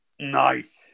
Nice